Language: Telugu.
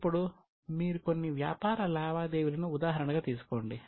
ఇప్పుడు మీరు కొన్ని వ్యాపార లావాదేవీలను ఉదాహరణగా తీసుకోండి